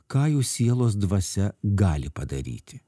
ką jų sielos dvasia gali padaryti